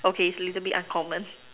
okay it's a little bit uncommon